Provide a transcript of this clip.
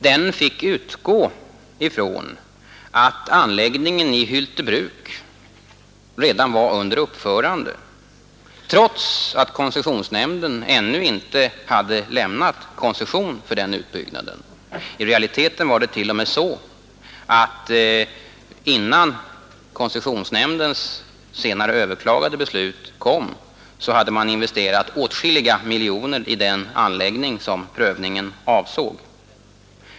Den fick utgå ifrån att anläggningen i Hyltebruk redan var under uppförande, trots att koncessionsnämnden ännu inte hade lämnat koncession för utbyggnaden. I realiteten var det t.o.m. så att innan koncessionsnämndens senare överklagade beslut kom hade man investerat åtskilliga miljoner i den anläggning som prövningen avsåg.